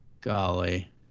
Golly